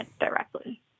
directly